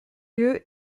lieu